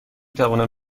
توانم